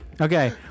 Okay